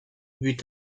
buts